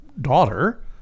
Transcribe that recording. daughter